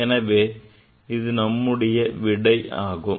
எனவே இது தான் நம்முடைய விடை ஆகும்